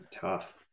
tough